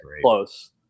close